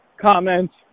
comments